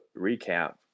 recap